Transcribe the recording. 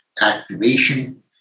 activation